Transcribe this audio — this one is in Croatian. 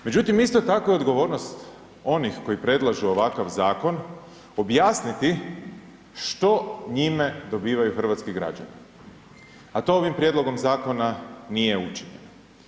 Međutim, isto tako i odgovornost onih koji predlažu ovakav zakon objasniti što njime dobivaju hrvatski građani, a to ovim prijedlogom zakona nije učinjeno.